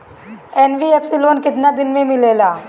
NBFC loan केतना दिन मे मिलेला?